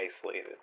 isolated